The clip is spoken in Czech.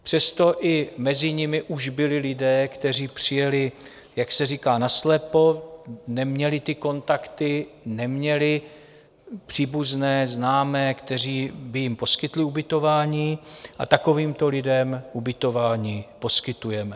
Přesto i mezi nimi už byli lidé, kteří přijeli, jak se říká, naslepo, neměli kontakty, neměli příbuzné, známé, kteří by jim poskytli ubytování, a takovýmto lidem ubytování poskytujeme.